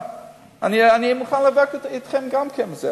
אני מוכן להיאבק אתכם גם על זה,